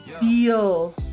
deal